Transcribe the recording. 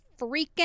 freaking